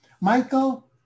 Michael